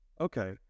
Okay